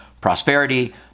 prosperity